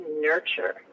nurture